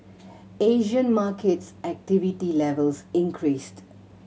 Asian markets activity levels increased